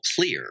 clear